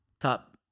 top